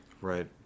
Right